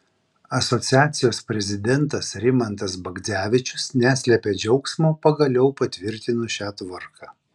asociacijos prezidentas rimantas bagdzevičius neslėpė džiaugsmo pagaliau patvirtinus šią tvarką